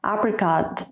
Apricot